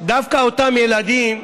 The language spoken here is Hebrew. דווקא אותם ילדים,